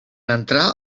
entrar